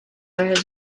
has